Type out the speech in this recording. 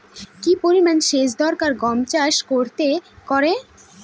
কি পরিমান সেচ দরকার গম চাষ করতে একরে?